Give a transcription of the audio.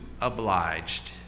obliged